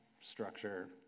structure